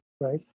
right